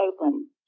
open